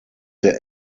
der